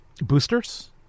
boosters